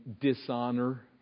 dishonor